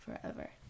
forever